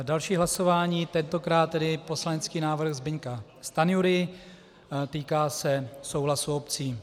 Další hlasování, tentokrát tedy poslanecký návrh Zbyňka Stanjury, týká se souhlasu obcí.